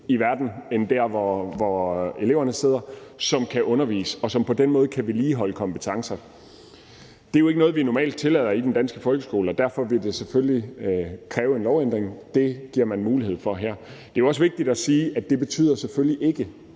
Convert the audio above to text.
i verden end der, hvor eleverne sidder, som kan undervise, så kompetencerne på den måde kan vedligeholdes. Det er jo ikke noget, vi normalt tillader i den danske folkeskole. Derfor vil det selvfølgelig kræve en lovændring. Det gives der mulighed for her. Det er også vigtigt at sige, at det, at man skal vedligeholde